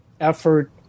effort